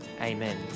Amen